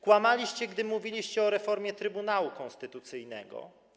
Kłamaliście, kiedy mówiliście o reformie Trybunału Konstytucyjnego.